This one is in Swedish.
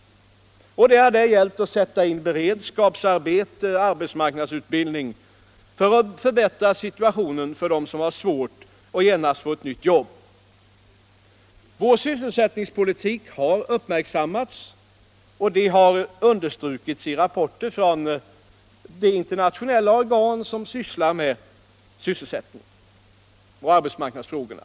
Det har där gällt att sätta in beredskapsarbete och arbetsmarknadsutbildning för att förbättra situationen för dem som har svårt att genast få ett nytt jobb. Vår sysselsättningspolitik har uppmärksammats, och det har understrukits i rapporter från det internationella organ som arbetar med sysselsättningsoch arbetsmarknadsfrågorna.